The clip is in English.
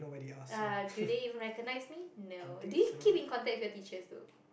uh do they even recognise me no do you keep in contact with your teachers though